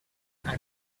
until